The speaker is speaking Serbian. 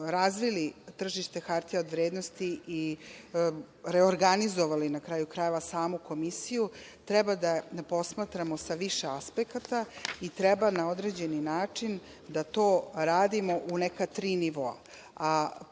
razvili tržište hartija od vrednosti i reorganizovali na kraju krajeva samu komisiju, treba da posmatramo sa više aspekata i treba na određeni način da to radimo u neka tri nivoa.